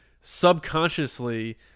subconsciously